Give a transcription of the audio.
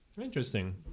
Interesting